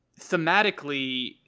thematically